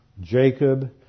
Jacob